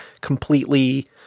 completely